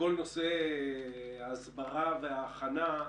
בכל נושא ההסברה וההכנה.